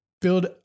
build